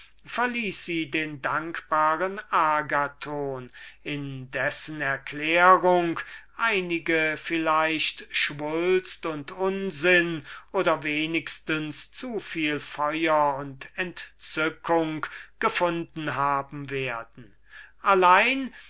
den dankbaren agathon in dessen erklärung einige vielleicht schwulst und unsinn oder wenigstens zuviel feuer und entzückung gefunden haben werden allein